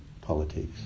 politics